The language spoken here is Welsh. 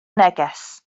neges